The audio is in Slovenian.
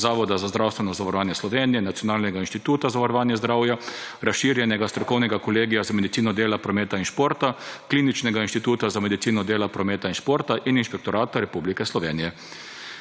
Zavoda za zdravstveno zavarovanje Slovenije, nacionalnega inštituta za varovanje zdravja, Razširjenega strokovnega kolegija za medicino dela, prometa in športa, Kliničnega inštituta za medicino dela, prometa in športa in Inšpektorata Republike Slovenije.«